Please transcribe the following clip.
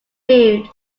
food